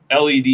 led